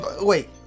wait